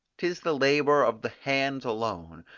tis the labour of the hands alone,